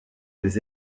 les